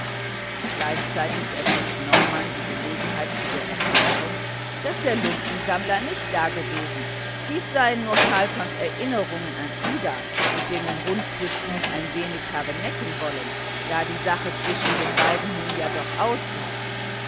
gleichzeitig ergriff norman die gelegenheit zu der erklärung daß der lumpensammler nicht dagewesen dies seien nur carlssons erinnerungen an ida mit denen rundquist ihn ein wenig habe necken wollen da die sache zwischen den beiden nun ja doch aus sei